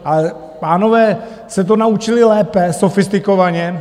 Ale pánové se to naučili lépe, sofistikovaně.